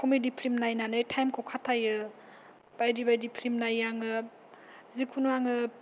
comedy film नायनानै टाइमखौ खाथायो बायदि बायदि फ्लिम नायो आङो जिखुनु आङो